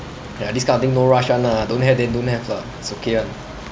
ya this kind of thing no rush [one] ah don't have then don't have lah it's okay [one]